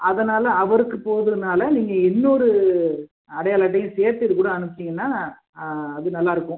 அதனாலே அவருக்கு போகிறனால நீங்கள் இன்னொரு அடையாள அட்டையும் சேர்த்து இதுக்கூட அனுப்பிச்சிங்கனா அது நல்லா இருக்கும்